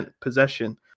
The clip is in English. possession